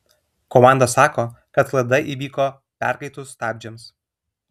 komanda sako kad klaida įvyko perkaitus stabdžiams